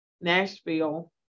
Nashville